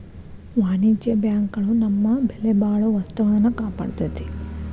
ವಾಣಿಜ್ಯ ಬ್ಯಾಂಕ್ ಗಳು ನಮ್ಮ ಬೆಲೆಬಾಳೊ ವಸ್ತುಗಳ್ನ ಕಾಪಾಡ್ತೆತಿ